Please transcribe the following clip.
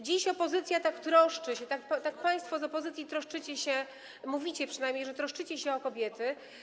Dziś opozycja tak troszczy się, tak państwo z opozycji troszczycie się - mówicie przynajmniej, że troszczycie się - o kobiety.